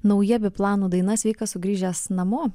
nauja biplanų daina sveikas sugrįžęs namo